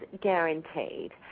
guaranteed